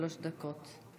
שלוש דקות.